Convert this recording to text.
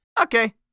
Okay